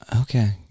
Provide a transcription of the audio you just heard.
Okay